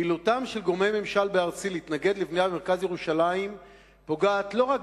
פעילותם של גורמי ממשל בארצי להתנגד לבניית מרכז ירושלים פוגעת לא רק